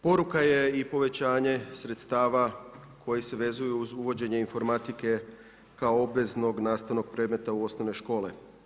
Poruka je i povećanje sredstava koji se vezuju uz uvođenje informatike kao obveznog nastavnog predmeta u osnovne škole.